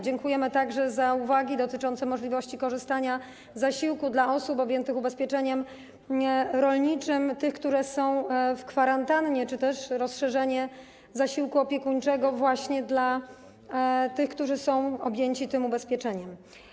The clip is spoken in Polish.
Dziękujemy także za uwagi dotyczące możliwości korzystania z zasiłku przez osoby objęte ubezpieczeniem rolniczym, te, które są na kwarantannie, czy też możliwości rozszerzenia zasiłku opiekuńczego właśnie na tych, którzy są objęci tym ubezpieczeniem.